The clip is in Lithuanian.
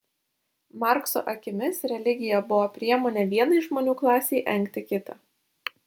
markso akimis religija buvo priemonė vienai žmonių klasei engti kitą